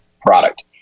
product